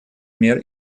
мер